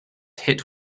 hit